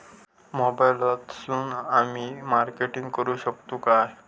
मोबाईलातसून आमी मार्केटिंग करूक शकतू काय?